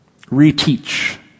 reteach